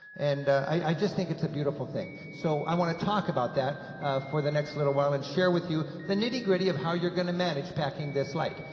and i just think it's a beautiful thing. so i want to talk about that for the next little while, and share with you the nitty-gritty of how you're going to manage packing this light.